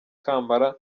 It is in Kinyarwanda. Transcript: kampala